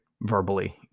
verbally